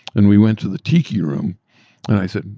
and we went to the tiki room and i said,